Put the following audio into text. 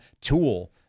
tool